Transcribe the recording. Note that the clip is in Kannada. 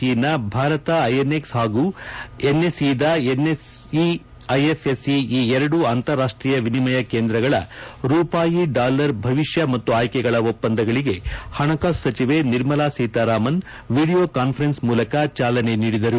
ಇನ ಭಾರತ ಐಎನ್ಎಕ್ಸ್ ಹಾಗೂ ಎನ್ಎಸ್ಇದ ಎನ್ಎಸ್ಇ ಐಎಫ್ಎಸ್ಸಿ ಈ ಎರಡು ಅಂತಾರಾಷ್ಟೀಯ ವಿನಿಮಯ ಕೇಂದ್ರಗಳ ರೂಪಾಯಿ ಡಾಲರ್ ಭವಿಷ್ಠ ಮತ್ತು ಆಯ್ಕೆಗಳ ಒಪ್ಪಂದಗಳಿಗೆ ಪಣಕಾಸು ಸಚಿವೆ ನಿರ್ಮಲಾ ಸೀತಾರಾಮನ್ ವಿಡಿಯೋ ಕಾನ್ಫರೆನ್ಸ್ ಮೂಲಕ ಚಾಲನೆ ನೀಡಿದರು